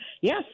Yes